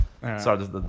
Sorry